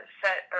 set